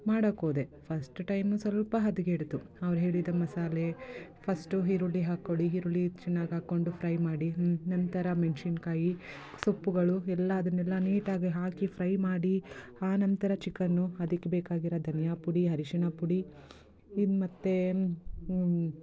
ಮಾಡೋಕ್ಕೋದೆ first time ಸ್ವಲ್ಪ ಹದಗೆಡ್ತು ಅವ್ರು ಹೇಳಿದ ಮಸಾಲೆ ಫಸ್ಟು ಈರುಳ್ಳಿ ಹಾಕೊಳ್ಳಿ ಈರುಳ್ಳಿ ಚೆನ್ನಾಗಿ ಹಾಕ್ಕೊಂಡು ಫ್ರೈ ಮಾಡಿ ನಂತರ ಮೆಣಸಿನ್ಕಾಯಿ ಸೊಪ್ಪುಗಳು ಎಲ್ಲ ಅದನ್ನೆಲ್ಲ ನೀಟ್ ಆಗಿ ಹಾಕಿ ಫ್ರೈ ಮಾಡಿ ಆ ನಂತರ ಚಿಕನ್ನು ಅದಕ್ಕೆ ಬೇಕಾಗಿರೊ ಧನಿಯ ಪುಡಿ ಅರಶಿನ ಪುಡಿ ಇದು ಮತ್ತೆ